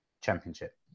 championship